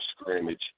scrimmage